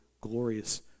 glorious